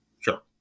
Sure